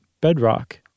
bedrock